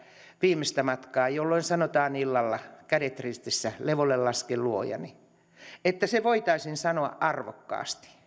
viimeistä matkaa jolloin sanotaan illalla kädet ristissä levolle lasken luojani se voitaisiin sanoa arvokkaasti